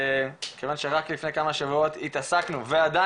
כיוון שרק לפני כמה שבועות התעסקנו ועדין